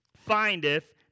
findeth